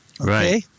okay